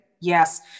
Yes